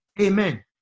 Amen